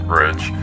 rich